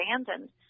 abandoned